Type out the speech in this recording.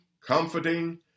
comforting